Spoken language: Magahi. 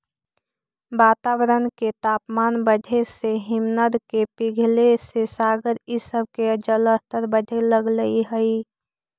वातावरण के तापमान बढ़े से हिमनद के पिघले से सागर इ सब के जलस्तर बढ़े लगऽ हई